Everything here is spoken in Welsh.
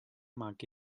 magu